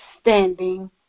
standing